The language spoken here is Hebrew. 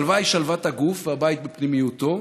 "שלווה היא שלוות הגוף והבית בפנימיותו,